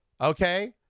Okay